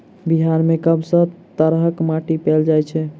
बिहार मे कऽ सब तरहक माटि पैल जाय छै?